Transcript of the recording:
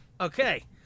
okay